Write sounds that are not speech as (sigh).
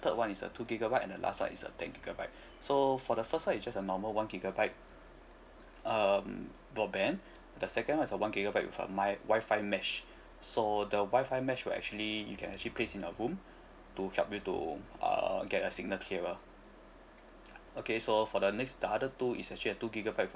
third one is a two gigabyte and last one is a ten gigabyte (breath) so for the first one is just a normal one gigabyte um broadband the second one is a one gigabyte with a my Wi-Fi mesh so the Wi-Fi mesh will actually you can actually place in a room to help you to uh get a signal clearer okay so for the next the other two is actually a two gigabyte with a